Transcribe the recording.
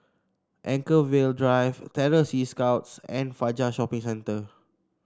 Anchorvale Drive Terror Sea Scouts and Fajar Shopping Centre